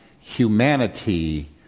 humanity